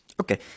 Okay